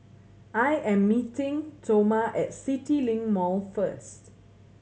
I am meeting Toma at CityLink Mall first